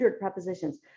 prepositions